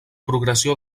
progressió